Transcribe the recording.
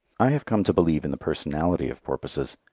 i have come to believe in the personality of porpoises.